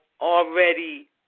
already